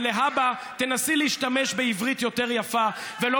ולהבא, תנסי להשתמש בעברית יותר יפה, אני לא